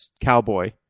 cowboy